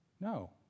No